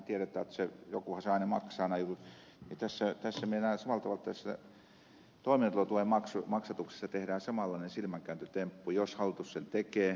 no sehän tiedetään että jokuhan se aina maksaa nämä jutut niin tässä minä näen samalla tavalla että tässä toimeentulotuen maksatuksessa tehdään samanlainen silmänkääntötemppu jos hallitus sen tekee